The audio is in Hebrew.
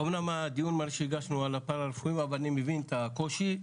אמנם הדיון שהגשנו על הפרה-רפואי אבל אני מבין את הקושי,